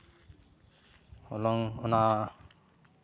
ᱦᱚᱞᱚᱝ ᱚᱱᱟ